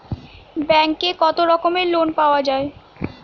ব্যাঙ্কে কত রকমের লোন পাওয়া য়ায়?